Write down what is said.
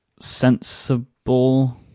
sensible